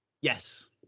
Yes